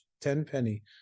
Tenpenny